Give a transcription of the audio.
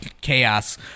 chaos